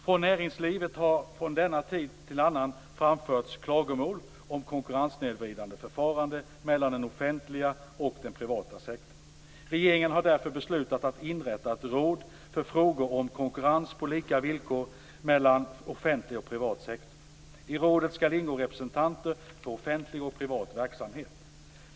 Från näringslivet har från tid till annan framförts klagomål om konkurrenssnedvridande förfarande mellan den offentliga och den privata sektorn. Regeringen har därför beslutat att inrätta ett råd för frågor om konkurrens på lika villkor mellan offentlig och privat sektor. I rådet skall ingå representanter för offentlig och privat verksamhet.